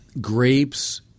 grapes